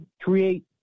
create